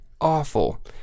awful